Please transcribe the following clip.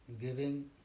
giving